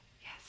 Yes